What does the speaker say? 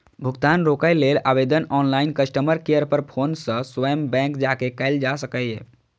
भुगतान रोकै लेल आवेदन ऑनलाइन, कस्टमर केयर पर फोन सं स्वयं बैंक जाके कैल जा सकैए